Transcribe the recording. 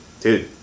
Dude